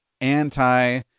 anti